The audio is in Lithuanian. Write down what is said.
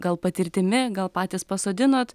gal patirtimi gal patys pasodinot